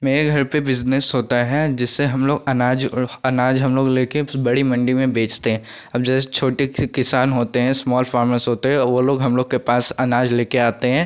मेरे घर पर बिजनेस होता है जिससे हम लोग अनाज अनाज हम लोग लेकर बड़ी मंडी में बेचते हैं अब जैसे छोटे से किसान होते हैं स्माल फार्मर्स होते हैं वह लोग हम लोग के पास अनाज लेकर आते हैं